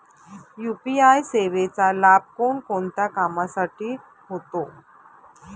UPI सेवेचा लाभ कोणकोणत्या कामासाठी होतो?